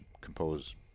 compose